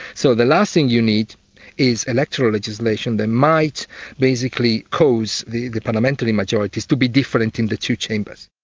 so the last thing you need is electoral legislation that might basically cause the the parliamentary majorities to be different in the two chambers.